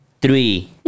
three